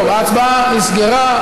טוב, ההצבעה נסגרה.